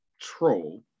troll